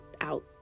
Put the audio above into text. out